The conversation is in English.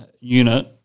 unit